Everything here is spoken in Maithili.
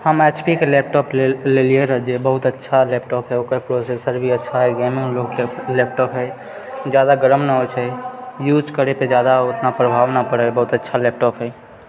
हम एच पी के लैपटॉप लेलियै रहै जे बहुत अच्छा लैपटॉप है ओकर प्रोसेसर भी अच्छा है लैनोवो के लैपटॉप है जादा गरम नहि होइ छै यूज करै पर जादा उतना प्रभाव न पड़ै है बहुत अच्छा लैपटॉप है